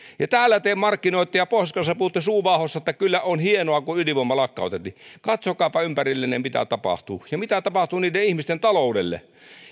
ja täällä te markkinoitte ja pohjois karjalassa puhutte suu vaahdossa että kyllä on hienoa kun ydinvoima lakkautettiin katsokaapa ympärillenne mitä tapahtuu ja mitä tapahtuu niiden ihmisten taloudelle